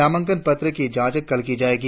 नामांकन पत्रो की जांच कल की जाएगी